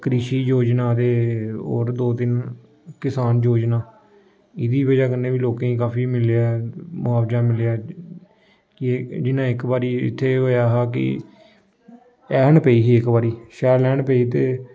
कृषि योजना ते होर दो तिन्न किसान योजना एह्दी ब'जा कन्नै बी लोकें गी काफी मिलेआ ऐ मुआबजा मिलेआ ऐ कि जिन्नां इक बारी इत्थै होएआ हा कि ऐह्न पेई ही इक बारी शैल ऐह्न पेई ते